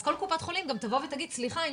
אז כל קופת חולים גם תבוא ותגיד: סליחה,